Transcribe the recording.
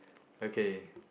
okay